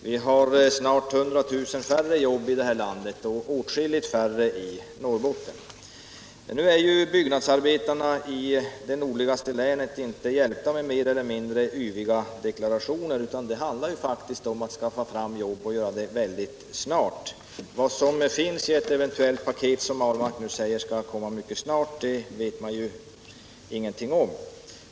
Vi har snart 100 000 färre jobb i vårt land och åtskilligt färre än förut i Norrbotten. Byggnadsarbetarna i det nordligaste länet är inte hjälpta med mer eller mindre yviga deklarationer, utan det handlar faktiskt om att skaffa fram jobb och göra det mycket snart. Vad som finns i ett eventuellt paket, som herr Ahlmark säger skall komma mycket snart, vet vi ju ingenting om.